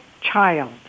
child